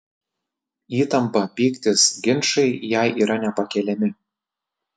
įtampa pyktis ginčai jai yra nepakeliami